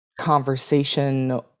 conversation